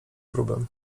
próbę